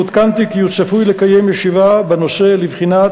ועודכנתי כי הוא צפוי לקיים ישיבה בנושא לבחינת